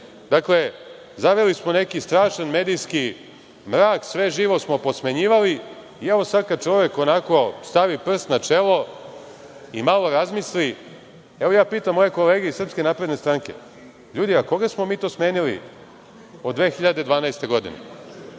kaže. Dakle, zaveli smo neki strašan medijski mrak, sve živo smo posmenjivali, i, evo, sad, kada čovek onako stavi prst na čelo i malo razmisli, evo ja pitam svoje kolege iz SNS – ljudi, a koga smo mi to smenili od 2012. godine?